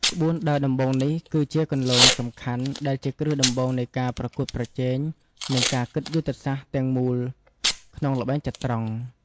ក្បួនដើរដំបូងនេះគឺជាគន្លងសំខាន់ដែលជាគ្រឹះដំបូងនៃការប្រកួតប្រជែង និងការគិតយុទ្ធសាស្ត្រទាំងមូលក្នុងល្បែងចត្រង្គ។